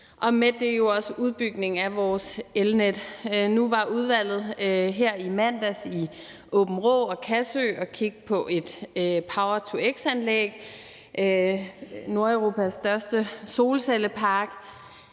og med det jo også udbygningen af vores elnet. Nu var udvalget her i mandags i Aabenraa og Kassø og kigge på et power-to-x-anlæg og Nordeuropas største solcellepark.